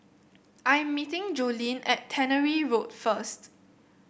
I am meeting Joleen at Tannery Road first